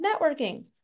networking